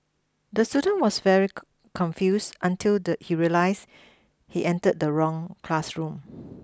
the student was very confused until the he realised he entered the wrong classroom